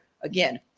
again